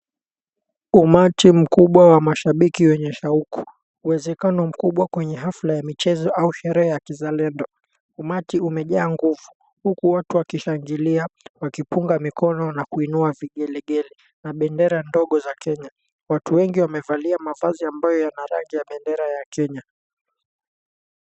Umati mikubwa wa mashabiki wenye shauku. Uwezekano mkubwa kwenye hafla ya michezo au sherehe ya kizalendo. Umati umejaa nguvu huku watu wakishangilia wakipunga mikono na kuinua vigelegele na bendera ndogo za Kenya. Watu wengi wamevalia mavazi ambayo ina rangi za bendera ya Kenya.